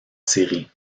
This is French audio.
série